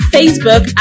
Facebook